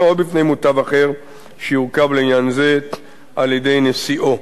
או בפני מותב אחר שיורכב לעניין זה על-ידי נשיאו.